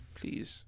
please